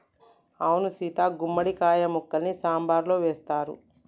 అవును సీత గుమ్మడి కాయ ముక్కల్ని సాంబారులో వేస్తారు